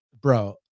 bro